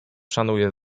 szanuje